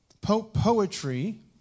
Poetry